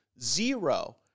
zero